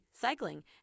cycling